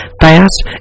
Fast